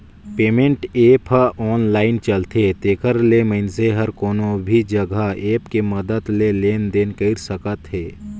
payment app ह online चलथे तेखर ले मइनसे हर कोनो भी जघा ऐप के मदद ले लेन देन कइर सकत हे